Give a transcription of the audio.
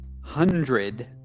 Hundred